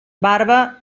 barba